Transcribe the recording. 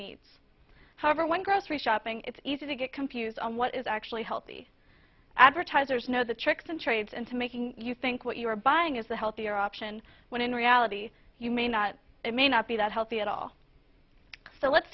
needs however when grocery shopping it's easy to get confused on what is actually healthy advertisers know the tricks and trade and to making you think what you are buying is a healthier option when in reality you may not it may not be that healthy at all so let's